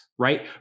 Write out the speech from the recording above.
right